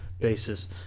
basis